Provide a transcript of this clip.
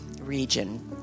region